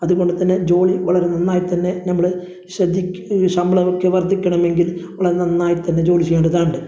അതുകൊണ്ട്തന്നെ ജോലി വളരെ നന്നായിത്തന്നെ നമ്മൾ ശ്രദ്ധിക്കൂ ശമ്പളം ഒക്കെ വർദ്ധിക്കണമെങ്കിൽ നമ്മളത് നന്നായിട്ട് തന്നെ ജോലി ചെയ്യേണ്ടതാണ്